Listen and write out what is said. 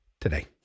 today